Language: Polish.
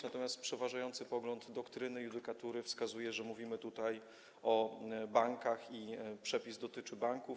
Natomiast przeważający pogląd doktryny, judykatury wskazuje, że mówimy tutaj o bankach i przepis dotyczy banków.